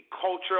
culture